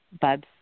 Bub's